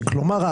כלומר,